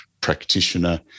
practitioner